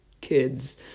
kids